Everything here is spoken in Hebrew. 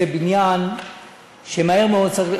זה בניין שמהר מאוד צריך,